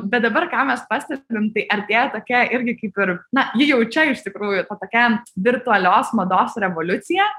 bet dabar ką mes pastebim tai artėja tokia irgi kaip ir na ji jau čia iš tikrųjų ta tokia virtualios mados revoliucija